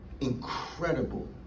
incredible